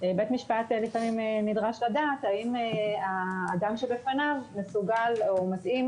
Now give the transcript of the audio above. בית המשפט לפעמים נדרש לדעת האם האדם שבפניו מסוגל או מתאים